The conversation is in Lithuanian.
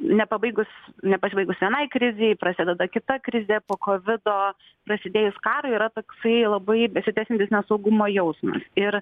nepabaigus nepasibaigus vienai krizei prasideda kita krizė po kovido prasidėjus karui yra toksai labai besitęsiantis nesaugumo jausmas ir